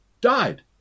Died